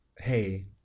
hey